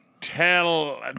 Tell